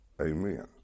amen